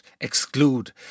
exclude